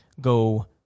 go